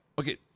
Okay